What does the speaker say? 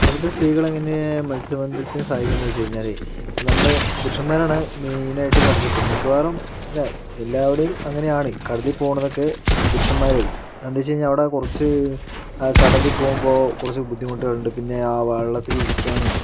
കുടുംബത്തിലെ സ്ത്രീകൾ എങ്ങനെ മത്സ്യബന്ധനത്തിന് സഹായിക്കുക എന്ന് ചോദിച്ച് കഴിഞ്ഞാല് നമ്മള് പുരുഷന്മാരാണ് മെയിൻ ആയിട്ട് കടലിൽ പോകുന്നത് മിക്കവാറും അല്ല എല്ലായിടവും അങ്ങനെയാണ് കടലിൽ പോകണ ഒക്കെ പുരുഷന്മാരായിരിക്കും അത് എന്ന് വെച്ച് കഴിഞ്ഞാൽ അവിടെ കുറച്ച് കടലിൽ പോകുമ്പോൾ കുറച്ച് ബുദ്ധിമുട്ടുകൾ ഉണ്ട് പിന്നെ ആ വള്ളത്തിൽ ഇരിക്കാനും